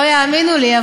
לא יאמינו לי,